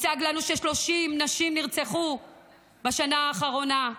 הוצג לנו ש-30 נשים נרצחו בשנה האחרונה.